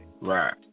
Right